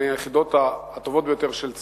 היחידות הטובות ביותר של צה"ל,